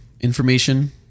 information